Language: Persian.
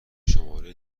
شماره